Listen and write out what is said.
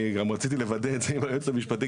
אני גם רציתי לוודא את זה עם היועץ המשפטי,